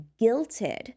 guilted